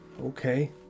Okay